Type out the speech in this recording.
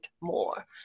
more